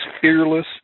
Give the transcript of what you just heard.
fearless